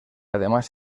además